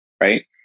right